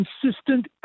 consistent